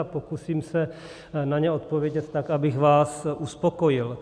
Pokusím se na ně odpovědět tak, abych vás uspokojil.